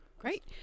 Great